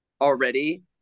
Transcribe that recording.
already